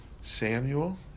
Samuel